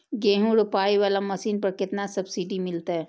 गेहूं रोपाई वाला मशीन पर केतना सब्सिडी मिलते?